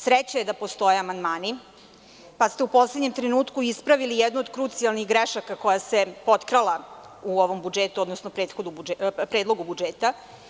Sreća je da postoje amandmani, pa ste u poslednjem trenutku ispravili jednu od krucijalnih grešaka koja se potkrala u ovom budžetu, odnosno u Predlogu budžeta.